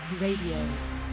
radio